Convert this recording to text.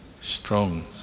strong